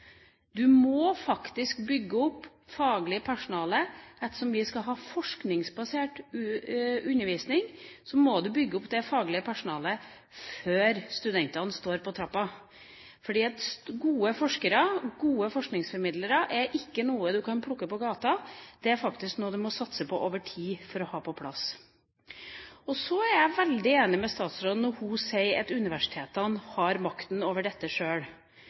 Du må faktisk bygge opp faglig personale. Ettersom vi skal ha forskningsbasert undervisning, må det bygges opp faglige personale før studentene står på trappa, fordi gode forskere og gode forskningsformidlere er ikke noe du kan plukke opp fra gata, det er faktisk noe du må satse på over tid for å ha på plass. Så er jeg veldig enig med statsråden når hun sier at universitetene har makta over dette sjøl.